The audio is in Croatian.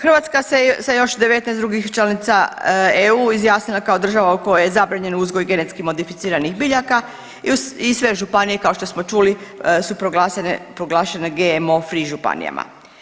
Hrvatska se sa još 19 drugih članica EU izjasnila kao država u kojoj je zabranjen uzgoj genetski modificiranih biljaka i sve županije kao što smo čuli su proglašene GMO free županijama.